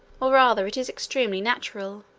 or rather it is extremely natural,